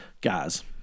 Guys